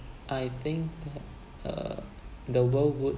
I think uh the world would